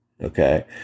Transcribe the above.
Okay